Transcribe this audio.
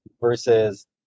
versus